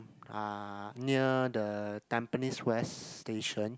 ah near the Tampines West station